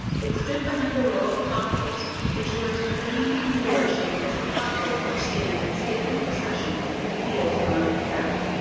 it stood behind a row of poplars which were as green and flourishing as the poplars which stand in stately processions in the fields around quebec.